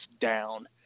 down